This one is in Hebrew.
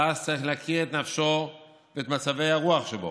שאז צריך להכיר את נפשו ואת מצבי הרוח שבו.